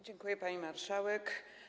Dziękuję, pani marszałek.